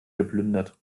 geplündert